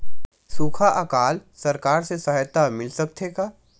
सुखा अकाल सरकार से सहायता मिल सकथे का?